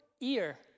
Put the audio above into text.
ear